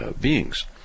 beings